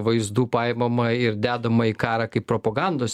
vaizdų paimama ir dedama į karą propagandos